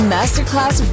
Masterclass